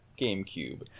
GameCube